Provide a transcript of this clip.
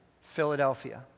Philadelphia